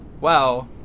Wow